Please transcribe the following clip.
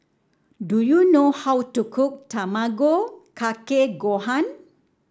do you know how to cook Tamago Kake Gohan